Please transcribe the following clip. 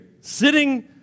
sitting